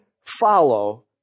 follow